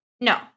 No